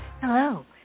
hello